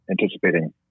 anticipating